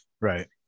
right